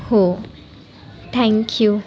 हो थँक्यू